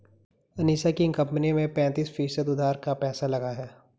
अनीशा की कंपनी में पैंतीस फीसद उधार का पैसा लगा है